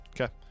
Okay